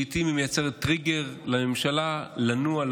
לעיתים היא מייצרת טריגר לממשלה לנוע,